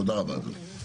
תודה רבה, אדוני.